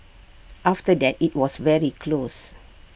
after that IT was very close